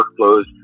workflows